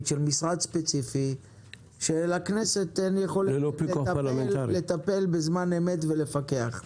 של משרד ספציפי כשלכנסת אין יכולת לטפל בזמן אמת ולפקח.